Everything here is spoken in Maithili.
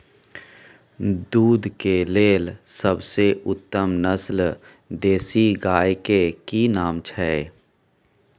दूध के लेल सबसे उत्तम नस्ल देसी गाय के की नाम छै?